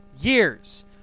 years